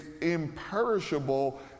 imperishable